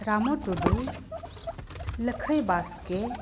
ᱨᱟᱢᱳ ᱴᱩᱰᱩ ᱞᱟᱹᱠᱷᱟᱹᱭ ᱵᱟᱥᱠᱮ